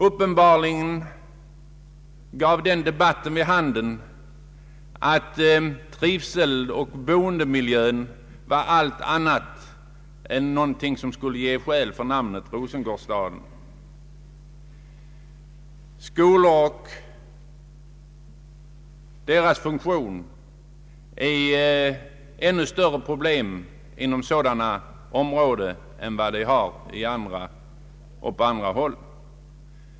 Uppenbarligen gav den debatten vid handen att trivseln och boendemiljön inte motiverade namnet ”Rosengårdsstaden”. Skolorna och deras funktion medför ännu större problem inom sådana områden än på andra håll.